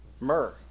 Myrrh